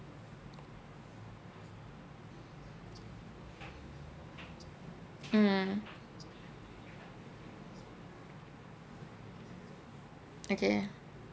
mm okay